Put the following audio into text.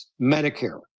Medicare